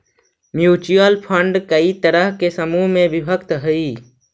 mutual fund कई तरह के समूह में विभक्त हई